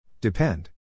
Depend